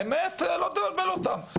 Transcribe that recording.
האמת לא מבלבלת אותם.